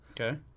Okay